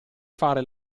fare